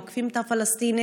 עוקפים את הפלסטינים,